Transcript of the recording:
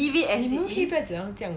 你们可以不要讲到这样吗